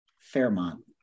Fairmont